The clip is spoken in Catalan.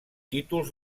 títols